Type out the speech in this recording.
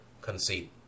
conceit